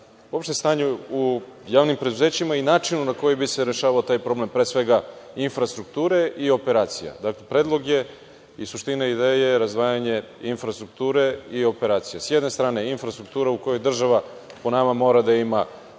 uopšte stanje u javnim preduzećima i načinu na koji bi se rešavao taj problem, pre svega infrastrukture i operacija. Predlog je i suština ideje je razdvajanje infrastrukture i operacije. Sa jedne strane je infrastruktura, u kojoj država, po nama, mora da ima